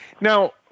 Now